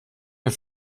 wir